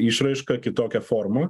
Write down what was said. išraišką kitokią formą